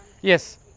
Yes